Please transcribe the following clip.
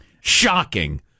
Shocking